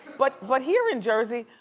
but but here in jersey,